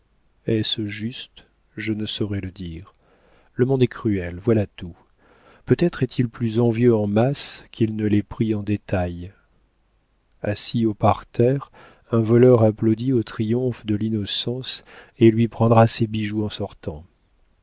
est-ce juste je ne saurais le dire le monde est cruel voilà tout peut-être est-il plus envieux en masse qu'il ne l'est pris en détail assis au parterre un voleur applaudit au triomphe de l'innocence et lui prendra ses bijoux en sortant